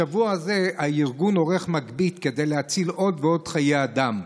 בשבוע זה הארגון עורך מגבית כדי להציל עוד ועוד חיי אדם,